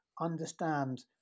understand